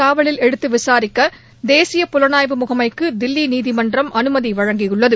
காவலில் எடுத்து விசாரிக்க தேசிய புலனாய்வு முகமைக்கு தில்லி நீதிமன்றம் அனுமதி வழங்கியுள்ளது